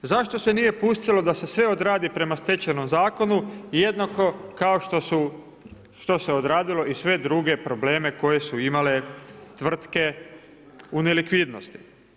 Zašto se nije pustilo da se sve odradi prema stečajnom zakonu, jednako kao što su odradilo i sve druge probleme koje su imale tvrtke u nelikvidnosti.